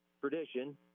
tradition